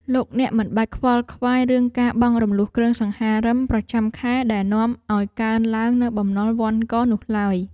លោកអ្នកមិនបាច់ខ្វល់ខ្វាយរឿងការបង់រំលស់គ្រឿងសង្ហារិមប្រចាំខែដែលនាំឱ្យកើនឡើងនូវបំណុលវណ្ឌកនោះឡើយ។